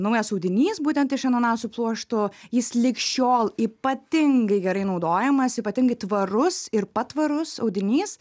naujas audinys būtent iš ananasų pluoštų jis lig šiol ypatingai gerai naudojamas ypatingai tvarus ir patvarus audinys